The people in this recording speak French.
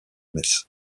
metz